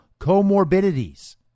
comorbidities